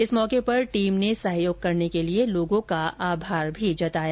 इस मौके पर टीम ने सहयोग करने के लिए लोगों का आभार जताया